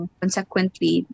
consequently